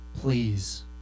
Please